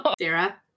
Sarah